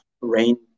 Rain